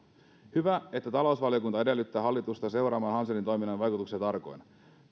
hyvä että talousvaliokunta edellyttää hallitusta seuraamaan hanselin toiminnan vaikutuksia tarkoin